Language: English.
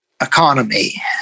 economy